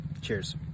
Cheers